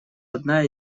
одна